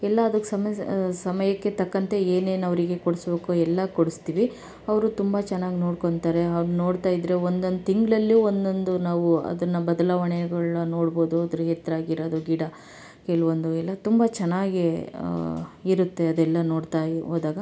ಎಲ್ಲ ಅದಕ್ಕೆ ಸಮಯ ಸಮಯಕ್ಕೆ ತಕ್ಕಂತೆ ಏನೇನು ಅವರಿಗೆ ಕೊಡ್ಸ್ಬೇಕೋ ಎಲ್ಲ ಕೊಡಿಸ್ತೀವಿ ಅವರು ತುಂಬ ಚೆನ್ನಾಗಿ ನೋಡ್ಕೊಳ್ತಾರೆ ಅವ್ರು ನೋಡ್ತಾ ಇದ್ದರೆ ಒಂದೊಂದು ತಿಂಗ್ಳಲ್ಲೂ ಒಂದೊಂದು ನಾವು ಅದನ್ನು ಬದಲಾವಣೆಗಳ್ನ ನೋಡ್ಬೋದು ಅದ್ರ ಎತ್ತರ ಆಗಿರೋದು ಗಿಡ ಕೆಲವೊಂದು ಎಲ್ಲ ತುಂಬ ಚೆನ್ನಾಗಿ ಇರುತ್ತೆ ಅದೆಲ್ಲ ನೋಡ್ತಾ ಹೋದಾಗ